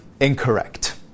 incorrect